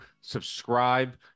Subscribe